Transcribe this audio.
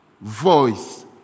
voice